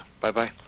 bye-bye